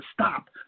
stop